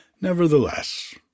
Nevertheless